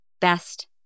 Best